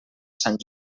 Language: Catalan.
sant